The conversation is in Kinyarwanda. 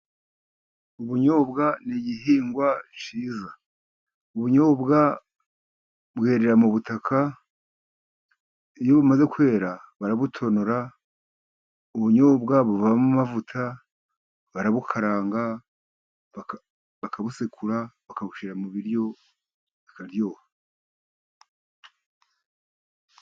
Ubunyobwa ni igihingwa cyiza. Ubunyobwa bwerera mu butaka. Iyo bumaze kwera barabutonora, ubunyobwa bubamo amavuta . Barabukaranga, bakabusekura, bakabushyira mu biryo bikaryoha.